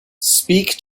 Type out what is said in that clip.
speak